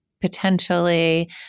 Potentially